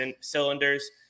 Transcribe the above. cylinders